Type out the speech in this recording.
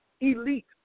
elite